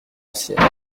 ancienne